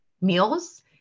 meals